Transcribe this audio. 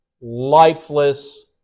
lifeless